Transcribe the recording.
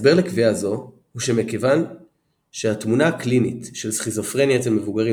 ההסבר לקביעה זו הוא שמכיוון שהתמונה הקלינית של סכיזופרניה אצל מבוגרים